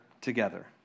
together